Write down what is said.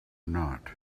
not